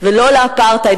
ולא לאפרטהייד,